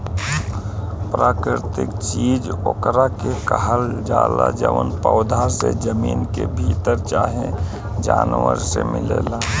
प्राकृतिक चीज ओकरा के कहल जाला जवन पौधा से, जमीन के भीतर चाहे जानवर मे मिलेला